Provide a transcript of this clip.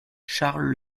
charles